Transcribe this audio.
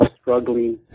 struggling